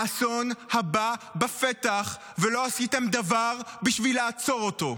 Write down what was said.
האסון הבא בפתח, ולא עשיתם דבר בשביל לעצור אותו.